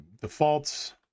defaults